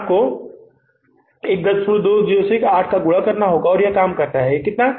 आपको 120 से 8 गुणा करना होगा और यह काम करता है कितना